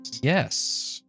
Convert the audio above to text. yes